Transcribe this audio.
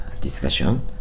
Discussion